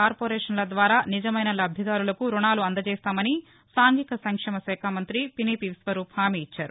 కార్పొరేషన్ల ద్వారా నిజమైన లబ్దిదారులకు రుణాలు అందజేస్తామని సాంఘిక సంక్షేమ శాఖ మంఁతి పినిపి విశ్వరూప్ హామీ ఇచ్చారు